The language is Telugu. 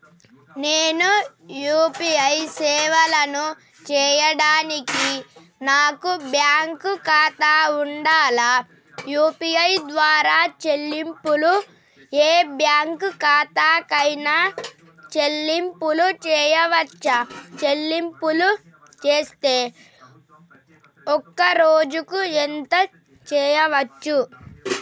నేను యూ.పీ.ఐ సేవలను చేయడానికి నాకు బ్యాంక్ ఖాతా ఉండాలా? యూ.పీ.ఐ ద్వారా చెల్లింపులు ఏ బ్యాంక్ ఖాతా కైనా చెల్లింపులు చేయవచ్చా? చెల్లింపులు చేస్తే ఒక్క రోజుకు ఎంత చేయవచ్చు?